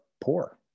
poor